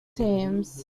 teams